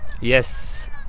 Yes